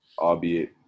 albeit